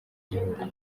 gihugu